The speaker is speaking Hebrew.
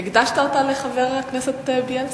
הקדשת אותה לחבר הכנסת בילסקי.